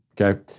Okay